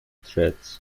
threats